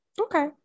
okay